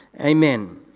Amen